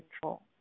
control